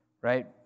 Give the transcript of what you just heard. right